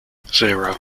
zero